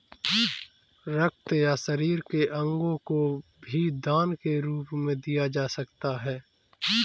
रक्त या शरीर के अंगों को भी दान के रूप में दिया जा सकता है